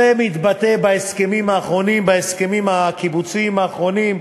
זה מתבטא בהסכמים הקיבוציים האחרונים,